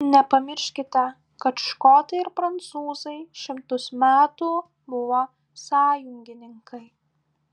nepamirškite kad škotai ir prancūzai šimtus metų buvo sąjungininkai